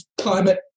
climate